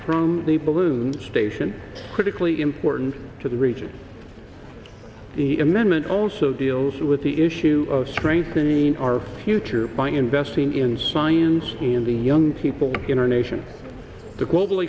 from the balloon station critically important to the region the amendment also deals with the issue of strengthening our future by investing in science in the young people in our nation the global